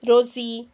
Rossi